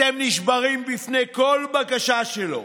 אתם נשברים בפני כל בקשה שלו.